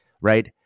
right